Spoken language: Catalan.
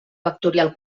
vectorial